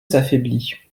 s’affaiblit